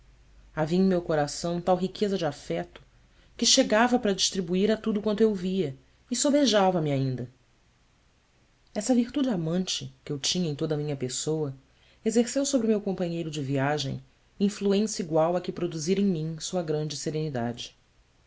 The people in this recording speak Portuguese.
havia em meu coração tal riqueza de afeto que chegava para distribuir a tudo quanto eu via e sobejava me ainda essa virtude amante que eu tinha em toda a minha pessoa exerceu sobre meu companheiro de viagem influência igual à que produzira em mim sua grande serenidade